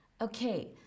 Okay